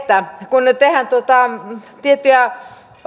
kun tehdään tiettyjä